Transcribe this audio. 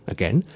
Again